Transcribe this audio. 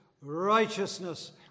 righteousness